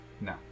No